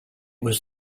was